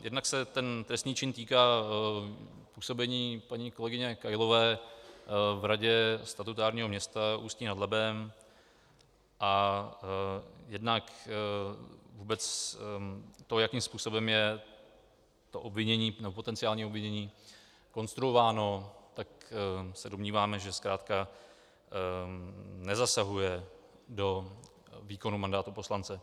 Jednak se ten trestný čin týká působení paní kolegyně Kailové v radě statutárního města Ústí nad Labem a jednak vůbec to, jakým způsobem je to obvinění nebo potenciální ovlivnění konstruováno, tak se domníváme, že zkrátka nezasahuje do výkonu mandátu poslance.